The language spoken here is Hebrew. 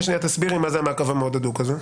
תסבירי, בבקשה, מהו המעקב המאוד הדוק הזה.